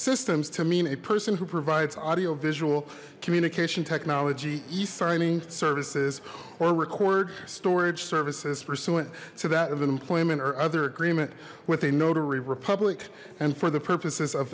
systems to mean a person who provides audio visual communication technology assigning services or record storage services pursuant to that of an employment or other agreement with a notary republic and for the purposes of